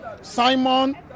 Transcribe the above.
simon